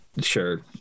sure